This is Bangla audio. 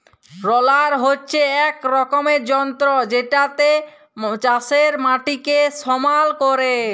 রলার হচ্যে এক রকমের যন্ত্র জেতাতে চাষের মাটিকে সমাল ক্যরে